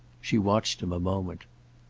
she watched him a moment.